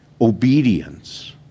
Obedience